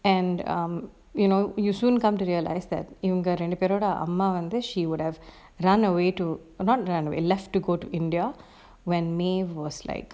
and um you know you soon come to realise that இவங்க ரெண்டு பேரோட அம்மா வந்து:ivanga rendu peroda amma vanthu she would have run away not run away left to go to india when maeve was like